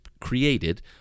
created